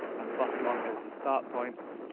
and the bottom one is the start points,